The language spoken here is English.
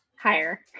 Higher